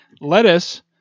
lettuce